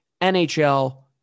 NHL